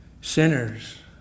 sinners